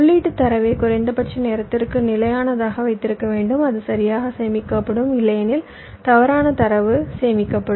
உள்ளீட்டுத் தரவை குறைந்தபட்ச நேரத்திற்கு நிலையானதாக வைத்திருக்க வேண்டும் அது சரியாக சேமிக்கப்படும் இல்லையெனில் தவறான தரவு சேமிக்கப்படும்